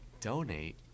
Donate